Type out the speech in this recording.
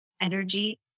energy